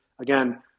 Again